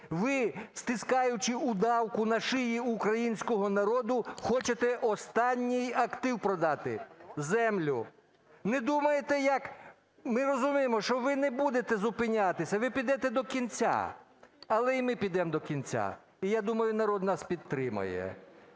ви, стискаючи удавку на шиї українського народу, хочете останній актив продати – землю. Не думаєте як… Ми розуміємо, що ви не будете зупинятися, ви підете до кінця, але і ми підемо до кінця, і я думаю, народ нас підтримає.